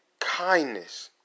kindness